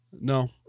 no